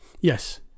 Yes